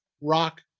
rock